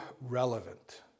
relevant